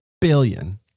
billion